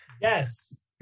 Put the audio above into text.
Yes